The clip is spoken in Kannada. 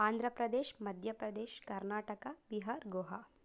ಆಂಧ್ರ ಪ್ರದೇಶ್ ಮಧ್ಯ ಪ್ರದೇಶ್ ಕರ್ನಾಟಕ ಬಿಹಾರ್ ಗೋವಾ